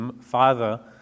father